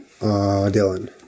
Dylan